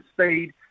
speed